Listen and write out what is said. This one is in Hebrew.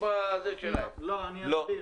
אני אסביר.